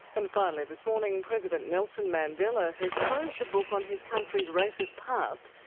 and finally this morning, president nelson mandela has closed the book on his country's racist past,